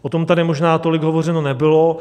O tom tady možná tolik hovořeno nebylo.